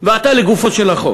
ועתה לגופו של החוק.